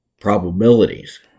probabilities